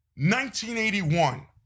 1981